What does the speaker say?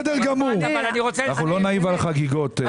אנחנו לא נעיב על החגיגות.